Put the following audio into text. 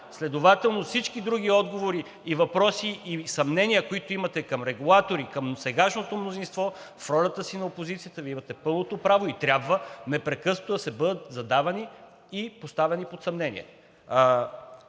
Следователно всички други отговори, въпроси и съмнения, които имате към регулатори, към сегашното мнозинство – в ролята си на опозиция Вие имате пълното право и трябва непрекъснато да бъдат задавани и поставяни под съмнение.